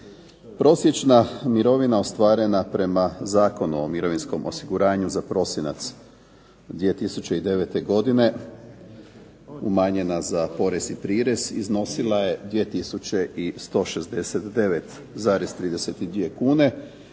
Prosječna mirovina ostvarena prema Zakonu o mirovinskom osiguranju za prosinac 2009. godine umanjena za porez i prirez iznosila je 2169,32 kune